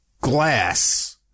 glass